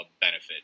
benefit